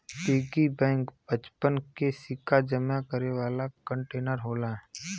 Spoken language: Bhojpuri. पिग्गी बैंक बच्चन के सिक्का जमा करे वाला कंटेनर होला